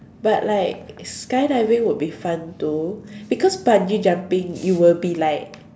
but like skydiving would be fun though because bungee jumping you will be like